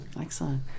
Excellent